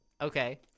Okay